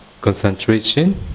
concentration